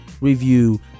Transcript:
review